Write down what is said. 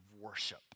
worship